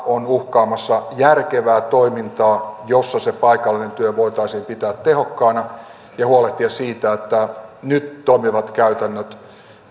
on uhkaamassa järkevää toimintaa jossa se paikallinen työ voitaisiin pitää tehokkaana ja huolehtia siitä että nyt toimivat käytännöt